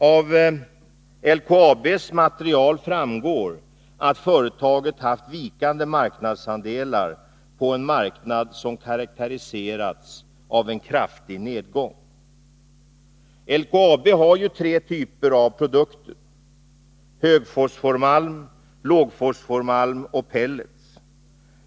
Av LKAB:s material framgår, att företaget haft vikande marknadsandelar på en marknad som karakteriseras av en kraftig nedgång. LKAB har tre typer av produkter: högfosformalm, lågfosformalm och pellets.